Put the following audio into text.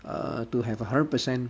err to have a hundred percent